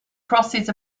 crosses